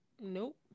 Nope